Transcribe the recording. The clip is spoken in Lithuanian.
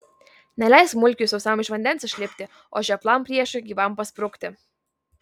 neleisk mulkiui sausam iš vandens išlipti o žioplam priešui gyvam pasprukti